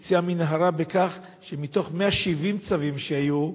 בקצה המנהרה בכך שמתוך 170 צווים שהיו,